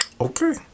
Okay